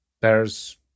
There's